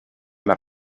maar